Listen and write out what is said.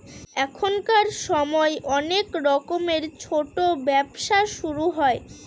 এখনকার সময় অনেক রকমের ছোটো ব্যবসা শুরু হয়